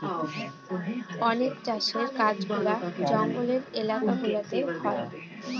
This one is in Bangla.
অনেক চাষের কাজগুলা জঙ্গলের এলাকা গুলাতে হয়